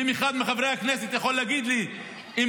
ואם אחד מחברי הכנסת יכול להגיד לי אם